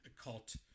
occult